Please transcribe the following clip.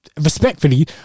respectfully